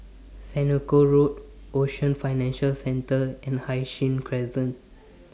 Senoko Road Ocean Financial Centre and Hai Sing Crescent